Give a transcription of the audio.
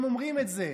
הם אומרים את זה,